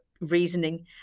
reasoning